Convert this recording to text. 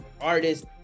artist